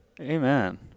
Amen